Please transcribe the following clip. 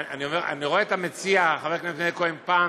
אני רואה את המציע חבר הכנסת מאיר כהן פעם